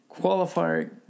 qualifier